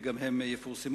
וגם הן יפורסמו.